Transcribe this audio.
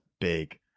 big